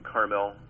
Carmel